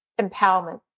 empowerment